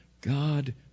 God